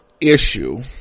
issue